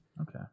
Okay